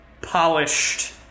polished